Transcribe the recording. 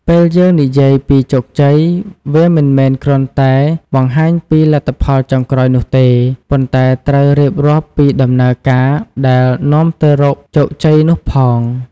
ពេលយើងនិយាយពីជោគជ័យ វាមិនមែនគ្រាន់តែបង្ហាញពីលទ្ធផលចុងក្រោយនោះទេ ប៉ុន្តែត្រូវរៀបរាប់ពីដំណើរការដែលនាំទៅរកជោគជ័យនោះផង។